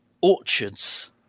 orchards